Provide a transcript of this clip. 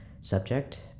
Subject